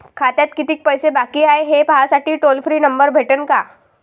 खात्यात कितीकं पैसे बाकी हाय, हे पाहासाठी टोल फ्री नंबर भेटन का?